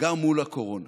גם מול הקורונה.